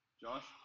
Josh